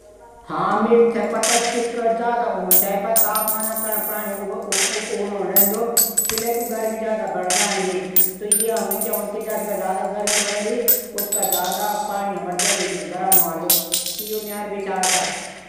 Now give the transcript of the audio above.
हाँ मेथे पता कि ज्यादा ऊंचाई पर तापमान कारण पाणी उबलों रैंदू गरमी ज्यादा बढ ज्यांदी या म कि हूद की ज्तक गर्मी बढल तापमान असर भी ज्यादा हवालू। जनकी कुमाउनी लोग हूदन ऊ क्या तरीका हूदू खाणू पकाणू भडू लिंदन। भडू मा दाल उबलदन और दाल मा क्या करदन की ढकणा रख दिदन व लखडों मा वा दाल पकदी त जब वी दाल मां सुर्य रोशनी पडदी तब जब तक पकदी त वां मा काफी स्वादिष्ट हूदी वा दाल।